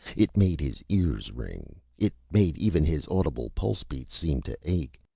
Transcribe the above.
it made his ears ring. it made even his audible pulsebeats seemed to ache.